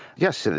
yes, so